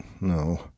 No